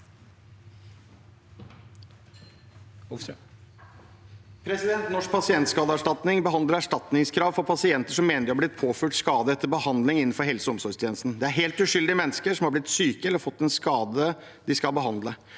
Norsk pasientska- deerstatning behandler erstatningskrav for pasienter som mener de har blitt påført skade etter behandling innenfor helse- og omsorgstjenesten. Det er helt uskyldige mennesker som har blitt syke eller har fått en skade de skal behandle.